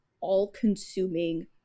all-consuming